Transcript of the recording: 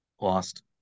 lost –